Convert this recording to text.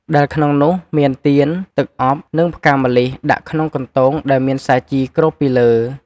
ដែលក្នុងនោះមានទៀន, ទឹកអប់ និងផ្កាម្លិះដាក់ក្នុងកន្ទោងដែលមានសាជីគ្របពីលើ។